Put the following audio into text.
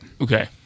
Okay